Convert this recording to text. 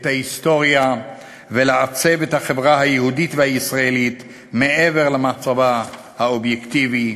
ההיסטוריה ולעצב את החברה היהודית והישראלית מעבר למצבה האובייקטיבי.